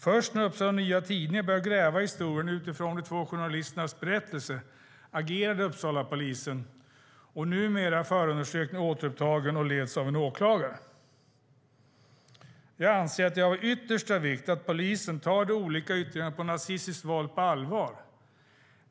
Först när Upsala Nya Tidning började gräva i historien utifrån de två journalisternas berättelse agerade Uppsalapolisen. Numera är förundersökningen återupptagen och leds av en åklagare. Jag anser att det är av yttersta vikt att polisen tar de olika yttringarna av nazistiskt våld på allvar.